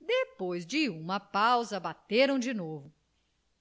depois de uma pausa bateram de novo